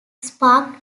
sparked